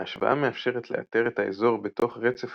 ההשוואה מאפשרת לאתר את האזור בתוך רצף